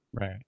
Right